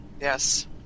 Yes